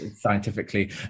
scientifically